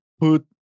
put